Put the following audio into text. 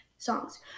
Songs